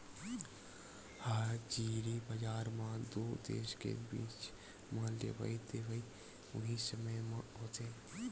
हाजिरी बजार म दू देस के बीच म लेवई देवई उहीं समे म होथे